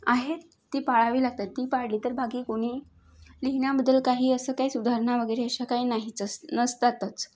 आहेत ती पाळावी लागतात ती पाडली तर बाकी कुणी लिहिण्याबद्दल काही असं काही सुधारणा वगैरे अशा काही नाहीच असं नसतातच